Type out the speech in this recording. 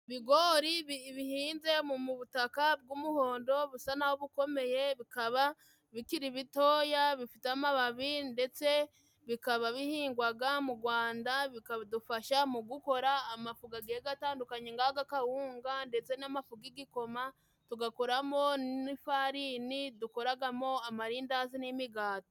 Ibigori bi bihinze mu mu butaka bw'umuhondo busa n 'aho bukomeye. Bikaba bikiri bitoya bifite amababi ndetse bikaba bihingwaga mu Gwanda, bikadufasha mu gukora amafu gagiye gatandukanye ng'aga kawunga ndetse n'amafu g'ikoma, tugakoramo n'ifarini dukoragamo amarindazi n'imigati.